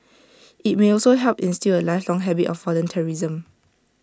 IT may also help instil A lifelong habit of volunteerism